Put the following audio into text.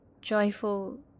joyful